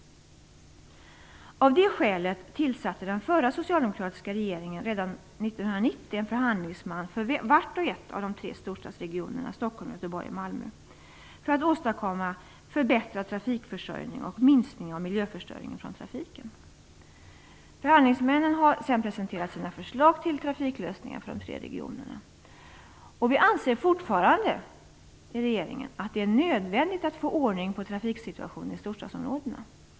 Av det skälet tillsatte den förra socialdemokratiska regeringen redan år 1990 en förhandlingsman för vart och ett av de tre storstadsregionerna Stockholm, Göteborg och Malmö för att åstadkomma en förbättrad trafikförsörjning och en minskning av miljöstörningarna från trafiken. Förhandlingsmännen har sedan presenterat sina förslag till trafiklösningar för de tre regionerna. Regeringen anser fortfarande att det är nödvändigt att få ordning på trafiksituationen i storstadsområdena.